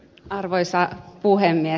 arvoisa puhemies